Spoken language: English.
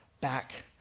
back